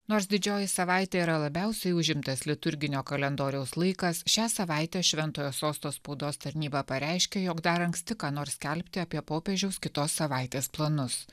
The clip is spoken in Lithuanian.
nors didžioji savaitė yra labiausiai užimtas liturginio kalendoriaus laikas šią savaitę šventojo sosto spaudos tarnyba pareiškė jog dar anksti ką nors skelbti apie popiežiaus kitos savaitės planus